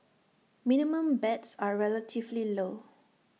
minimum bets are relatively low